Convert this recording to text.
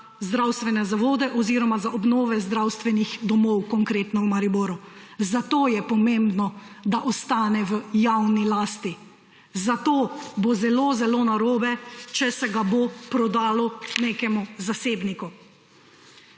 zdravstvene zavode oziroma za obnove zdravstvenih domov, konkretno v Mariboru. Zato je pomembno, da ostane v javni lasti. Zato bo zelo zelo narobe, če se ga bo prodalo nekemu zasebniku.